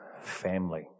family